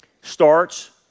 starts